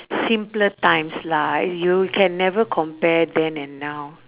simpler times lah you can never compare then and now